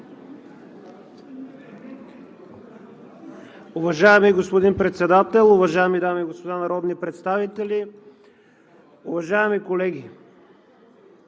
Ви, господин Председател. Уважаеми дами и господа народни представители, уважаеми господин